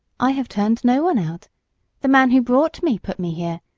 i have turned no one out the man who brought me put me here,